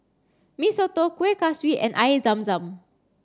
Mee Soto Kueh Kaswi and Air Zam Zam